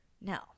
no